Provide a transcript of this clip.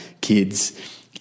kids